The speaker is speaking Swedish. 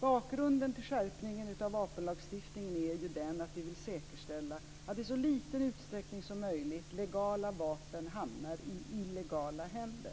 Bakgrunden till skärpningen av vapenlagstiftningen är ju att vi vill säkerställa att i så liten utsträckning som möjligt legala vapen hamnar i illegala händer.